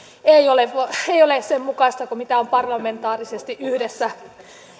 ei ole sen mukaista kuin on parlamentaarisesti yhdessä